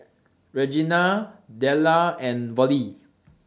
Regenia Della and Vollie